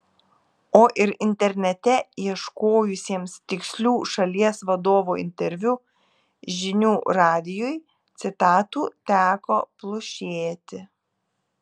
o ir internete ieškojusiems tikslių šalies vadovo interviu žinių radijui citatų teko plušėti